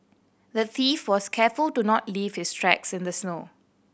the thief was careful to not leave his tracks in the snow